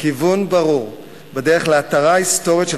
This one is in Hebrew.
כיוון ברור בדרך להתרה היסטורית של